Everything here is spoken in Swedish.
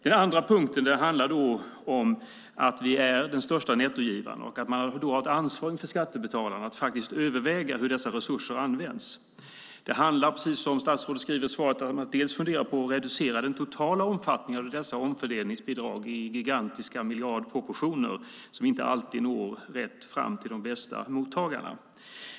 Den andra punkten handlar om att vi är den största nettogivaren och då har ett ansvar inför skattebetalarna att överväga hur dessa resurser används. Det handlar, precis som statsrådet skriver i svaret, om att fundera på att reducera den totala omfattningen av dessa omfördelningsbidrag, i gigantiska miljardproportioner, som inte alltid når rätt fram till de bästa mottagarna.